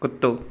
कुतो